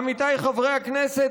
עמיתיי חברי הכנסת,